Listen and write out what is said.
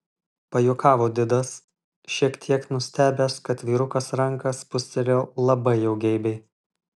pajuokavo didas šiek tiek nustebęs kad vyrukas ranką spūstelėjo labai jau geibiai